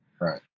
Right